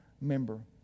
member